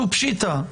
הוא פשיטא.